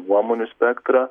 nuomonių spektrą